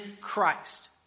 Christ